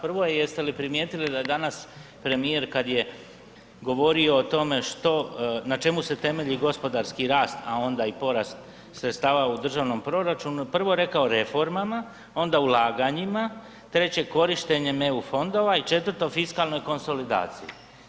Prvo je jeste li primijetili da danas premijer kada je govorio o tome što, na čemu se temelji gospodarski rast a onda i porast sredstava u državnom proračunu, prvo je rekao reformama, onda ulaganjima, treće korištenjem EU fondova i četvrto fiskalnoj konsolidaciji.